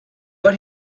but